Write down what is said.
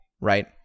right